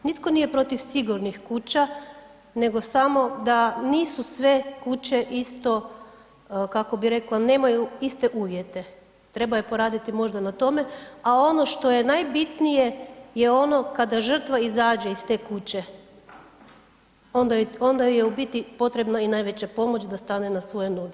Nitko nije protiv sigurnih kuća, nego samo da nisu sve kuće isto, kako bi rekla, nemaju iste uvjete, trebaju poraditi možda na tome, a ono što je najbitnije je ono kada žrtva izađe iz te kuće, onda joj, onda joj je u biti potrebna i najveća pomoć da stane na svoje noge.